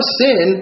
sin